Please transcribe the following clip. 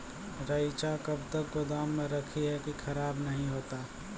रईचा कब तक गोदाम मे रखी है की खराब नहीं होता?